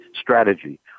strategy